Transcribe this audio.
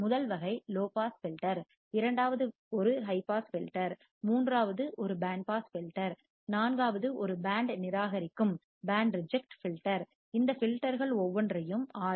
முதல் வகை low pass filter இரண்டாவது ஒரு ஹை பாஸ் ஃபில்டர் மூன்றாவது ஒரு பேண்ட் பாஸ் ஃபில்டர் நான்காவது ஒரு பேண்ட் நிராகரிக்கும் ரிஜெக்ட் reject ஃபில்டர் இந்த ஃபில்டர்கள் ஒவ்வொன்றையும் ஆர்